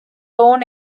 own